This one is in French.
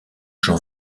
j’en